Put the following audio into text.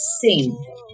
sing